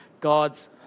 God's